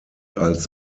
als